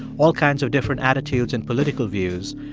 all kinds of different attitudes and political views,